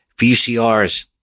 VCRs